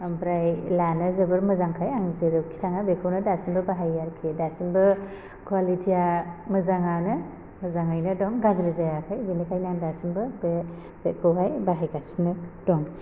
ओमफ्राय लानो जोबोद मोजांखाय आं जेरावखि थाङा बेखौनो दासिमबो बाहायो आरोखि दासिमबो कुवालिथिया मोजांआनो मोजाङैनो दं गाज्रि जायाखै बेनिखायनो आं दासिमबो बे बेगखौहाय बाहायगासिनो दं